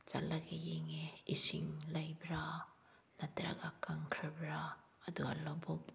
ꯆꯠꯂꯒ ꯌꯦꯡꯉꯦ ꯏꯁꯤꯡ ꯂꯩꯕ꯭ꯔꯥ ꯅꯠꯇ꯭ꯔꯒ ꯀꯪꯈ꯭ꯔꯕ꯭ꯔꯥ ꯑꯗꯨꯒ ꯂꯧꯕꯨꯛ